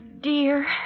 dear